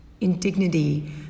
indignity